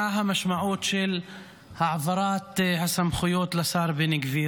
מה המשמעות של העברת הסמכויות לשר בן גביר?